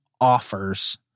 offers